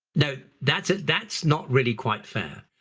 now that's that's not really quite fair,